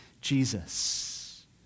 Jesus